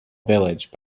village